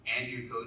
Andrew